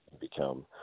become